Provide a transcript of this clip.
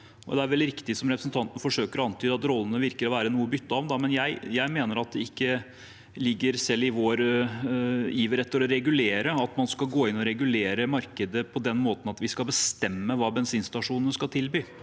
det er vel riktig som representanten forsøker å antyde, at rollene virker å være noe byttet om – at jeg mener at man, selv i vår iver etter å regulere, ikke skal gå inn og regulere markedet på den måten at vi skal bestemme hva bensinstasjonene skal tilby.